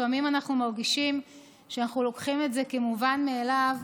לפעמים אנחנו מרגישים שאנחנו לוקחים את זה כמובן מאליו,